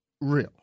real